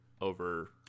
over